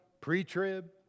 pre-trib